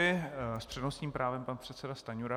S přednostním právem pan předseda Stanjura.